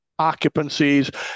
occupancies